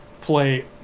play